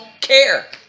care